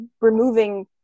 removing